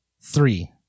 three